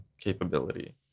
capability